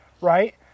right